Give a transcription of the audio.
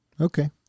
Okay